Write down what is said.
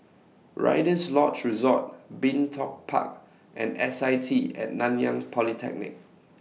Rider's Lodge Resort Bin Tong Park and S I T At Nanyang Polytechnic